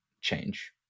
change